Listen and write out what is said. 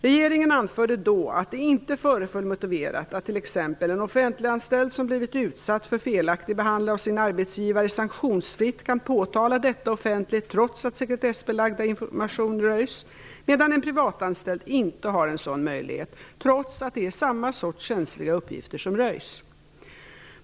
Regeringen anförde då att det inte föreföll motiverat att t.ex. en offentliganställd som blivit utsatt för felaktig behandling av sin arbetsgivare sanktionsfritt kan påtala detta offentligt, trots att sekretessbelagd information röjs, medan en privatanställd inte har en sådan möjlighet, trots att det är samma sorts känsliga uppgifter som röjs.